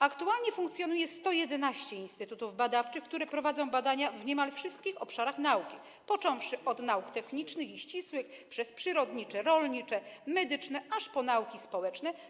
Aktualnie funkcjonuje 111 instytutów badawczych, które prowadzą badania w niemal wszystkich obszarach nauki, począwszy od nauk technicznych i ścisłych, przez przyrodnicze, rolnicze, medyczne, aż po nauki społeczne.